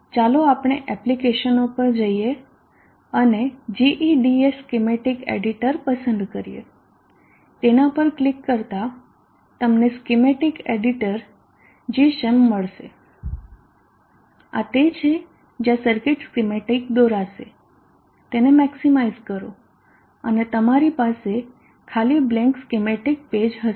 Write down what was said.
ચાલો આપણે એપ્લિકેશનો પર જઈએ અને GEDA સ્કિમેટીક એડીટર પસંદ કરીએ તેના પર ક્લિક કરતા તમને સ્કિમેટીક એડીટર gichem મળશે આ તે છે જ્યાં સર્કિટ સ્કિમેટીક દોરાશે તેને મેક્ષીમાઇઝ કરો અને તમારી પાસે ખાલી બ્લેન્ક સ્કિમેટીક પેઈજ હશે